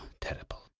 terrible